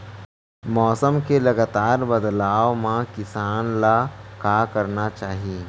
मौसम के लगातार बदलाव मा किसान ला का करना चाही?